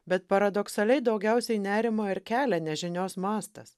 bet paradoksaliai daugiausiai nerimo ir kelia nežinios mastas